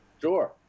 Sure